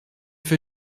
für